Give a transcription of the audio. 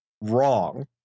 wrong